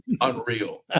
unreal